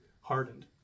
hardened